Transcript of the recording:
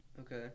Okay